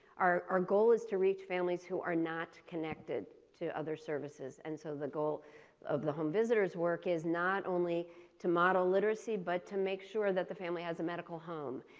our our goal is to reach families who are not connected connected to other services. and so, the goal of the home visitor's work is not only to model literacy, but to make sure that the family has a medical home.